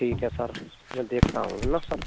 ठीक है सर मैं देखता हूँ ना सर